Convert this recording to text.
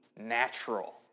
natural